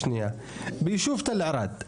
ביישוב תל ערד,